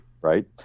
Right